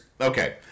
okay